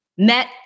met